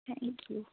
thank you